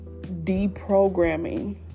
Deprogramming